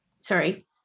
Sorry